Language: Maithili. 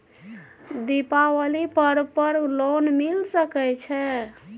दीपावली पर्व पर लोन मिल सके छै?